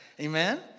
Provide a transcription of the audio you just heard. amen